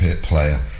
player